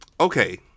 okay